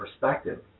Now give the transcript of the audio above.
perspective